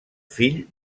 fill